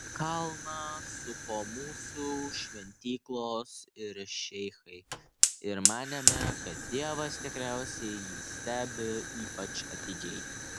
kalną supo mūsų šventyklos ir šeichai ir manėme kad dievas tikriausiai jį stebi ypač atidžiai